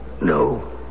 No